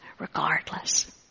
regardless